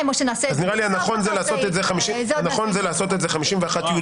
נראה לי שנכון לעשות את זה 51י(2).